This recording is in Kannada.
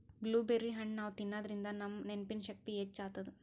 ಬ್ಲೂಬೆರ್ರಿ ಹಣ್ಣ್ ನಾವ್ ತಿನ್ನಾದ್ರಿನ್ದ ನಮ್ ನೆನ್ಪಿನ್ ಶಕ್ತಿ ಹೆಚ್ಚ್ ಆತದ್